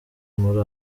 muri